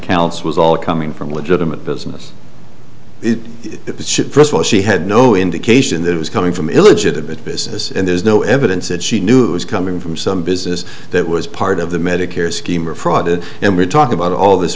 accounts was all coming from legitimate business it was she had no indication that it was coming from illegitimate business and there's no evidence that she knew it was coming from some business that was part of the medicare scheme or fraud it and we talk about all this